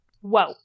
Whoa